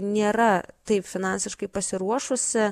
nėra taip finansiškai pasiruošusi